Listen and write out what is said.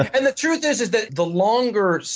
and the truth is is the the longer,